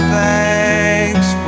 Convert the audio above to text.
thanks